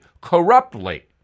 corruptly